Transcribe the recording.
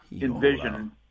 envision